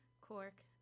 Cork